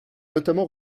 notamment